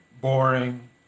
boring